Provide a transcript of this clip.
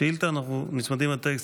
בשאילתה אנחנו נצמדים לטקסט,